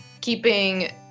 keeping